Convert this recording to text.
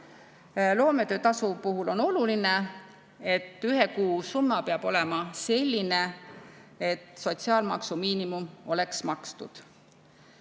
Loometöötasu puhul on oluline, et ühe kuu summa peab olema selline, et sotsiaalmaksu miinimum oleks makstud.